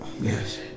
yes